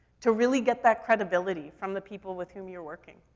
to really get that credibility from the people with whom you're working.